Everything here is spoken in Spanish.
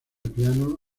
piano